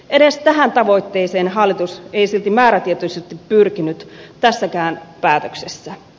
edes tähän tavoitteeseen hallitus ei silti määrätietoisesti pyrkinyt tässäkään päätöksessä